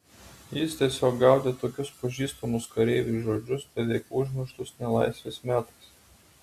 jis tiesiog gaudė tokius pažįstamus kareiviui žodžius beveik užmirštus nelaisvės metais